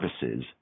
services